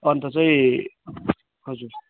अन्त चाहिँ हजुर